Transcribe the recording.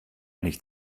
nicht